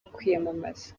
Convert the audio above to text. kwiyamamaza